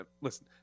listen